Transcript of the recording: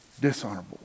dishonorable